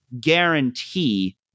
guarantee